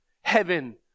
heaven